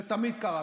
זה תמיד קרה.